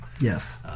Yes